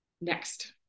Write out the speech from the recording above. Next